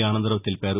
ఆనందరావు తెలిపారు